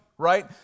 Right